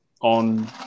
on